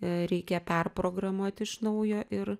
reikia perprogramuot iš naujo ir